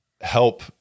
help